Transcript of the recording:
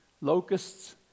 Locusts